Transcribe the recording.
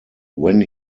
when